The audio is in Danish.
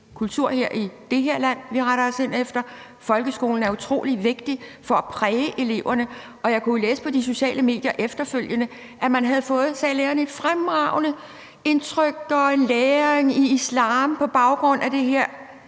kulturen i det her land, vi retter ind efter. Folkeskolen er utrolig vigtig for at præge eleverne. Jeg kunne jo læse på de sociale medier efterfølgende, at man havde fået, sagde lærerne, et fremragende indtryk af det og af læren i islam på baggrund af det her.